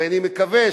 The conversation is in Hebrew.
ואני מקווה,